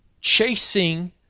chasing